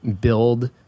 build